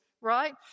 right